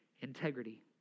integrity